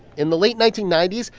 in the late nineteen ninety s,